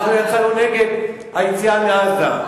אנחנו יצאנו נגד היציאה מעזה.